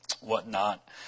whatnot